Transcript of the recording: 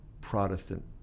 Protestant